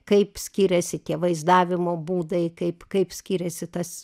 kaip skiriasi tie vaizdavimo būdai kaip kaip skiriasi tas